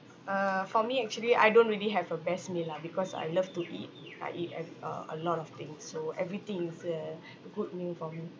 uh for me actually I don't really have a best meal lah because I love to eat I eat and uh a lot of things so everything is a a good meal for me